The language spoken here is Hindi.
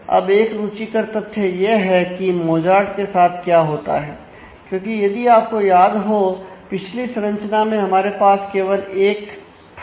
अब एक रुचिकर तथ्य यह है की मौजार्ट के साथ क्या होता है क्योंकि यदि आपको याद हो पिछली संरचना में हमारे पास केवल 1 था